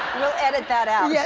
we'll edit that out. yes.